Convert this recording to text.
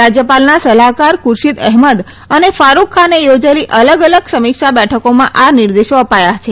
રાજયપાલના સલાહકાર ખુરશીદ અહેમદ અને ફારૂક ખાને યોજેલી અલગ અલગ સમીક્ષા બેઠકોમાં આવા નિર્દેશો અપાયા છે